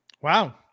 Wow